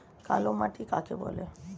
কালো মাটি কাকে বলে?